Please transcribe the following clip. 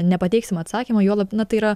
nepateiksim atsakymo juolab na tai yra